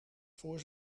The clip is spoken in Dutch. voor